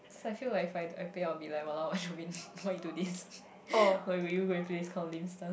cause I feel like if I I think I'll be like !walao! why you do this why would you go and play this kind of lame stuff